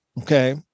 Okay